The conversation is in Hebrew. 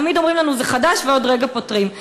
תמיד אומרים לנו: זה חדש ועוד רגע פותרים.